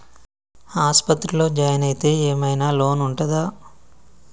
ఆస్పత్రి లో జాయిన్ అయితే ఏం ఐనా లోన్ ఉంటదా?